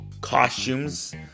costumes